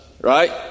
Right